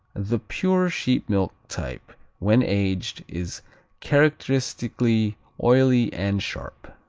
the pure sheep-milk type when aged is characteristically oily and sharp.